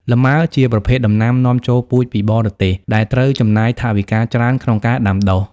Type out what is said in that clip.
លម៉ើ ជាប្រភេទដំណាំនាំចូលពូជពីបរទេស ដែលត្រូវចំណាយថវិកាច្រើនក្នុងការដាំដុះ។